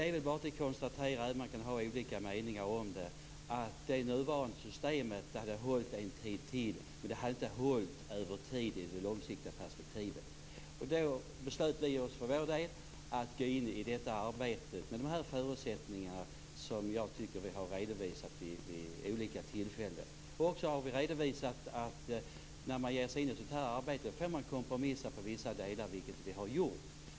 Även om man kan ha olika meningar är det bara att konstatera att det nuvarande systemet hade hållit en tid till, men det hade inte hållit över tiden i det långsiktiga perspektivet. Då beslöt vi oss för vår del att gå in i detta arbete med de förutsättningar som vi har redovisat vid olika tillfällen. När man ger sig in i ett sådant här arbete får man kompromissa på vissa delar, vilket vi har gjort.